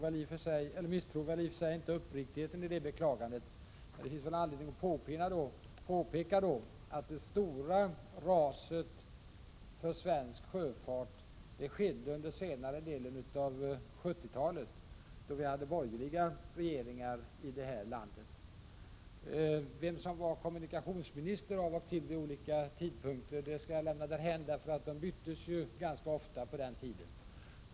Jag ifrågasätter i och för sig inte uppriktigheten i det beklagandet, men det finns då anledning att påpeka att det stora raset för svensk sjöfart skedde under senare delen av 1970-talet, då vi hade borgerliga regeringar här i landet. Vem som var kommunikationsminister vid de olika tidpunkterna lämnar jag därhän — de byttes ju ganska ofta på den tiden.